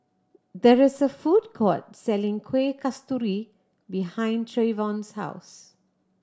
there is a food court selling Kuih Kasturi behind Trayvon's house